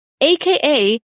aka